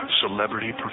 celebrity